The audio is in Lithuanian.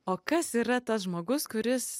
o kas yra tas žmogus kuris